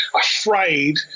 afraid